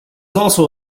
also